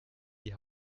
die